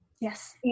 Yes